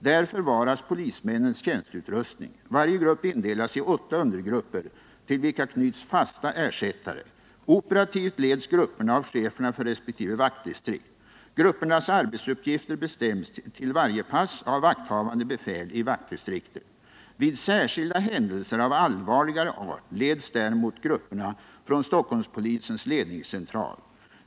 Där förvaras polismännens tjänsteutrustning. Varje grupp indelas i åtta undergrupper, till vilka knyts fasta ersättare. Operativt leds grupperna av cheferna för resp. vaktdistrikt. Gruppernas arbetsuppgifter bestäms till varje pass av vakthavande befäl i vaktdistriktet. Vid särskilda händelser av allvarligare art leds däremot grupperna från Stockholmspolisens ledningscentral.